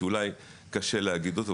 שאולי קשה להגיד אותו,